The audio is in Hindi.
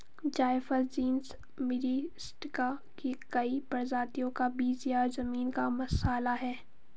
जायफल जीनस मिरिस्टिका की कई प्रजातियों का बीज या जमीन का मसाला है